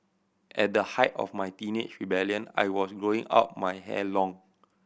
at the height of my teenage rebellion I was growing out my hair long